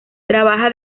trabaja